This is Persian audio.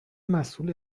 مسئول